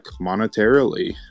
monetarily